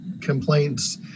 complaints